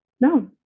no